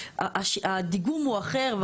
הדיגום הוא אחר,